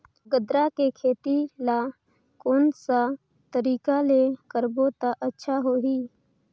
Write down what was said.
गन्ना के खेती ला कोन सा तरीका ले करबो त अच्छा होही?